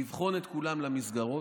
לבחון את כולם למסגרות,